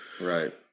Right